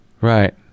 Right